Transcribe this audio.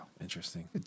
Interesting